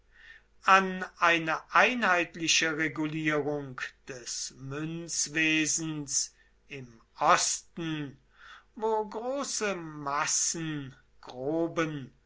an eine einheitliche regulierung des münzwesens im osten wo große massen groben